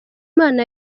imana